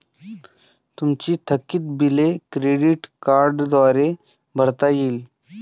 तुमची थकीत बिले क्रेडिट कार्डद्वारे भरता येतील